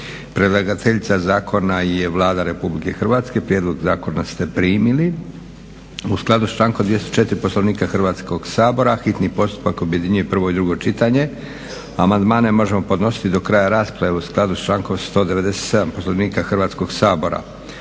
Predlagateljica zakona je Vlada Republike Hrvatske. Prijedlog zakona ste primili. U skladu s člankom 204. Poslovnika Hrvatskog sabora hitni postupak objedinjuje prvo i drugo čitanje. Amandmane možemo podnositi do kraja rasprave u skladu s člankom 197. Poslovnika Hrvatskog sabora.